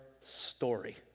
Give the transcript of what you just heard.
story